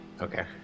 Okay